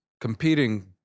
competing